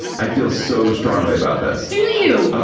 i feel so strongly about this do you?